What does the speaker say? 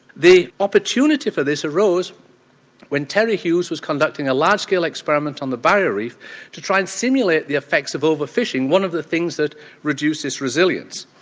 the opportunity for this arose when terry hughes was conducting a large scale experiment on the barrier reef to try and simulate the effects of over fishing, one of the things that reduces resilience.